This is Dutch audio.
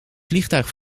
vliegtuig